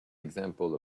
example